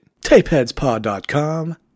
tapeheadspod.com